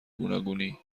گوناگونی